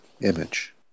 image